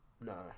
No